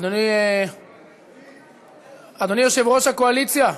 אדוני יושב-ראש הקואליציה,